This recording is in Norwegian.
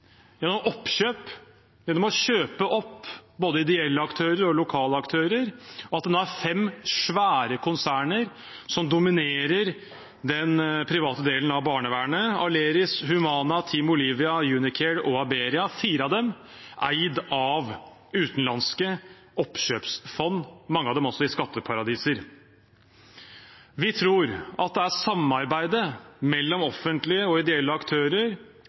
gjennom oppkjøp, gjennom å kjøpe opp både ideelle aktører og lokale aktører, og at det nå er fem svære konserner som dominerer den private delen av barnevernet – Aleris, Humana, Team Olivia, Unicare og Aberia – fire av dem eid av utenlandske oppkjøpsfond, mange av dem også i skatteparadiser. Vi tror at det er samarbeidet mellom offentlige og ideelle aktører,